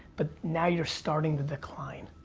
but now you're starting the decline.